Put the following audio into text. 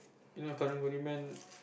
you know a karang-guni man